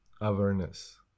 awareness